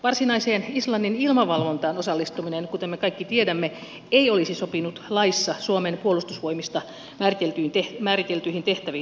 varsinaiseen islannin ilmavalvontaan osallistuminen kuten me kaikki tiedämme ei olisi sopinut laissa suomen puolustusvoimista määriteltyihin tehtäviin